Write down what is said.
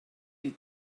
die